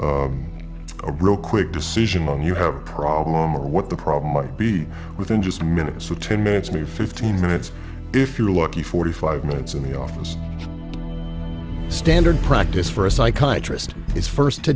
make a real quick decision when you have a problem or what the problem might be within just minutes or ten minutes maybe fifteen minutes if you're lucky forty five minutes in the office standard practice for a psychologist is first